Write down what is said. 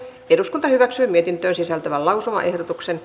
eduskunta hyväksyi mietintöön sisältyvän lausumaehdotuksen